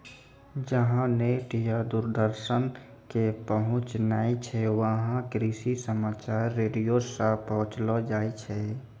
जहां नेट या दूरदर्शन के पहुंच नाय छै वहां कृषि समाचार रेडियो सॅ पहुंचैलो जाय छै